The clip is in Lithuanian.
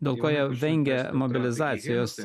dėl ko jie vengia mobilizacijos